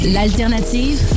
L'alternative